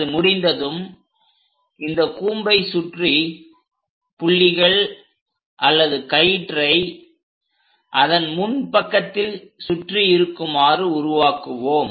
அது முடிந்ததும் இந்த கூம்பை சுற்றி புள்ளிகள் அல்லது கயிற்றை அதன் முன் பக்கத்தில் சுற்றி இருக்குமாறு உருவாக்குவோம்